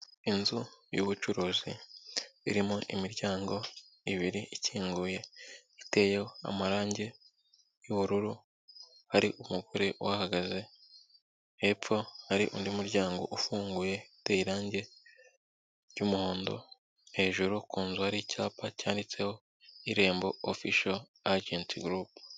Inzu y'ubucuruzi, irimo imiryango ibiri ikinguye, iteyeho amarange y'ubururu, hari umugore uhahagaze; hepfo hari undi muryango ufunguye, uteye irange ry'umuhondo, hejuru ku nzu hari icyapa cyanditseho ''Irembo official agent group''.